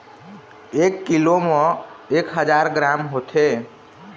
एक कीलो म एक हजार ग्राम होथे